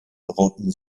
rotten